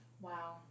wow